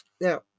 Now